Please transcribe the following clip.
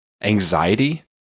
anxiety